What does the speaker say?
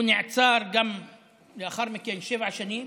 הוא נעצר גם לאחר מכן שבע שנים